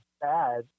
bad